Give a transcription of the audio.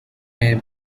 may